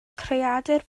creadur